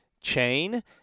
chain –